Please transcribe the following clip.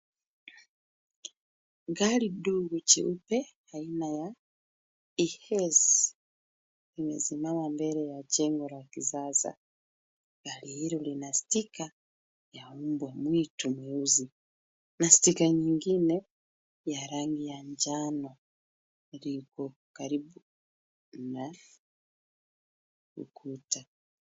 Gari dogo jeupe aina ya TX limesimama karibu na jengo la kisasa. Jengo hilo lina stiker ya mbwa mwitu mweusi. Na stiker nyingine ya rangi ya njano lipo karibu na ukuta.